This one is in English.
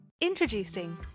Introducing